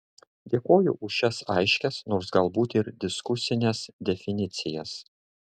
dėkoju už šias aiškias nors galbūt ir diskusines definicijas